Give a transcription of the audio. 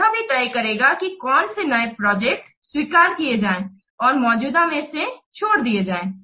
यह भी तय करेगा कि कौन से नए प्रोजेक्ट स्वीकार किए जाएं और मौजूदा मे से छोड़ दी जाये